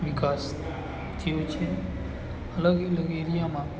વિકાસ થયો છે અલગ અલગ એરિયામાં